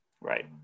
Right